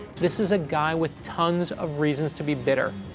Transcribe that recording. this is a guy with tons of reasons to be bitter,